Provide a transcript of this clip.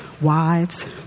wives